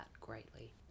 greatly